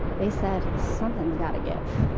they said, something's gotta give.